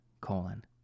colon